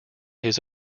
his